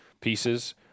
pieces